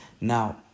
Now